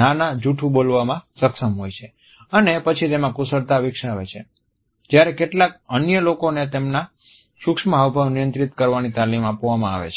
નાના જૂઠું બોલવામા સક્ષમ હોય છે અને પછી તેમાં કુશળતા વિકસાવે છે જ્યારે કેટલાક અન્ય લોકોને તેમના સૂક્ષ્મ હાવભાવ નિયંત્રિત કરવાની તાલીમ આપવામાં આવે છે